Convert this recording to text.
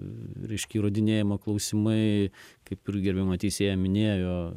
reiškia įrodinėjimo klausimai kaip ir gerbiama teisėja minėjo